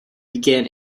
began